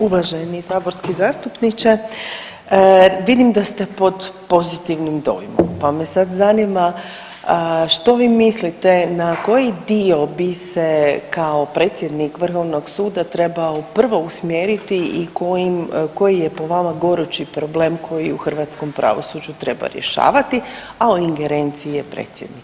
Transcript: Uvaženi saborski zastupniče, vidim da ste pod pozitivnim dojmom, pa me sad zanima što vi mislite na koji dio bi se kao predsjednik vrhovnog suda trebao prvo usmjeriti i koji je po vama gorući problem koji u hrvatskom pravosuđu treba rješavati, a u ingerenciji je predsjednika?